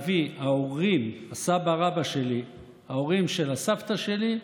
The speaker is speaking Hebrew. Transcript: ההורים, הסבא רבא שלי, ההורים של הסבתא שלי,